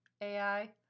AI